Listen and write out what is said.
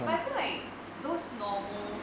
but I feel like those normal